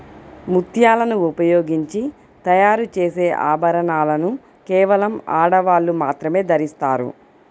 ముత్యాలను ఉపయోగించి తయారు చేసే ఆభరణాలను కేవలం ఆడవాళ్ళు మాత్రమే ధరిస్తారు